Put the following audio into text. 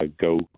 go